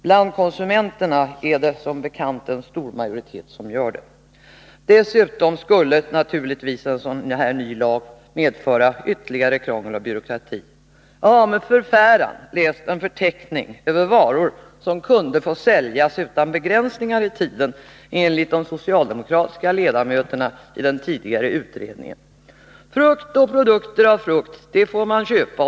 Bland konsumenterna är det som bekant en stor majoritet som gör det. En ny affärstidslag skulle dessutom naturligtvis medföra ytterligare krångel och byråkrati. Jag har med förfäran läst en förteckning över varor som enligt de socialdemokratiska ledamöterna i den tidigare utredningen om affärstiderna kunde få säljas utan begränsningar när det gäller tiden. Frukt och produkter av frukt får man köpa.